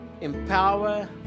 empower